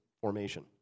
formation